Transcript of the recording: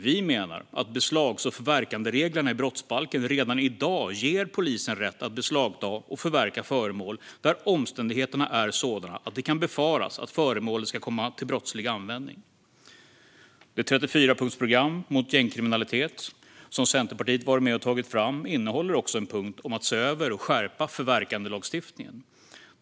Vi menar att beslags och förverkandereglerna i brottsbalken redan i dag ger polisen rätt att beslagta och förverka föremål när omständigheterna är sådana att det kan befaras att föremålet kan komma till brottslig användning. Det 34-punktsprogram mot gängkriminalitet som Centerpartiet har varit med och tagit fram innehåller också en punkt om att se över och skärpa förverkandelagstiftningen.